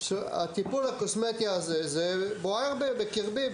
הטיפול הקוסמטי הזה זה בוער בקרבי,